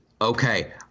okay